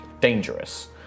dangerous